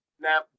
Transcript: Now